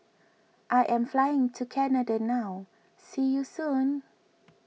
I am flying to Canada now see you soon